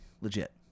legit